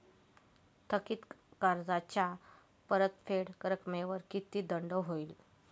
थकीत कर्जाच्या परतफेड रकमेवर किती दंड होईल?